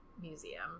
Museum